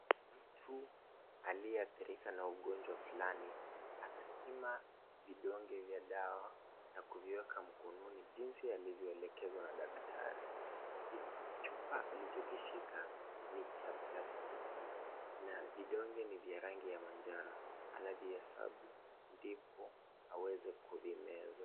Mtu aliyeathirika na ugonjwa fulani, anapima vidonge vya dawa na kuviweka mkononi jinsi alivyoelekezwa na daktari. Kichupa alichokishika ni cha plastiki na vidonge ni vya rangi ya manjano. Anaviesabu ndipo aweze kuvimeza.